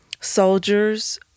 soldiers